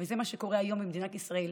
וזה מה שקורה היום במדינת ישראל,